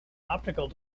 optical